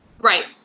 Right